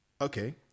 okay